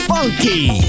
Funky